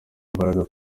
imbaraga